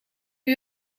een